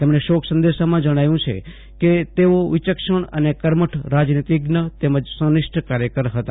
તેમણે શોક સંદેશામાં જણાવ્યું છે કે તેઓ વિચક્ષણ અને કર્મઠ રાજનીતિજ્ઞ તેમજ સંનિષ્ઠ કાર્યકર હતા